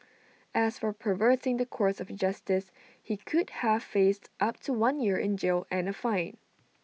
as for perverting the course of justice he could have faced up to one year in jail and A fine